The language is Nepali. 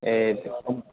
ए